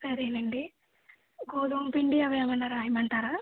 సరేనండి గోధుమ పిండి అవేమైనా రాయమంటారా